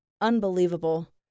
unbelievable